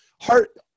heart